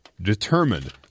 Determined